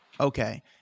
Okay